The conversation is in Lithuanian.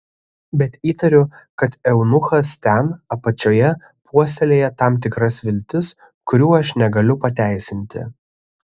bet įtariu kad eunuchas ten apačioje puoselėja tam tikras viltis kurių aš negaliu pateisinti